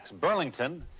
Burlington